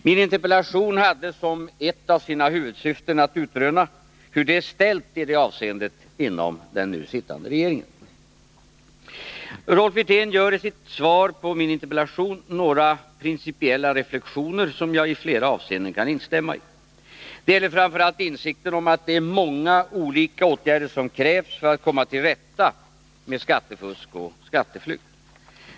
Min interpellation hade som ett av sina huvudsyften att utröna hur det är ställt i det avseendet inom den nu sittande regeringen. Rolf Wirtén gör i sitt svar på interpellationen några principiella reflexioner, som jag i flera avseenden kan instämma i. Det gäller framför allt insikten om att det är många olika åtgärder som krävs för att komma till rätta med skattefusk och skatteflykt.